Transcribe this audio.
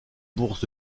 bourse